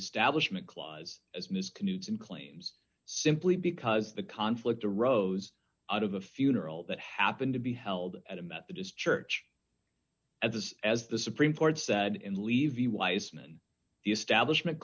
establishment clause as ms can use in claims simply because the conflict arose out of a funeral that happened to be held at a methodist church at the as the supreme court said in levy wisemen the establishment